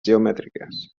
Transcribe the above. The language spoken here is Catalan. geomètriques